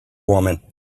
woman